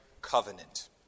covenant